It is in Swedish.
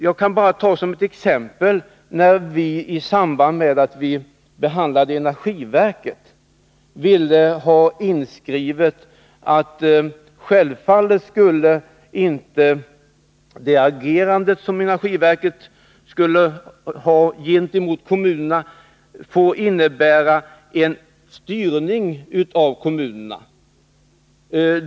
I samband med behandlingen av frågan om energiverket ville vi ha inskrivet att energiverkets agerande gentemot kommunerna självfallet inte skulle få innebära en styrning av kommunerna.